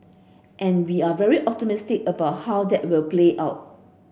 and we're very optimistic about how that will play out